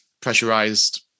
pressurized